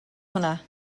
hwnna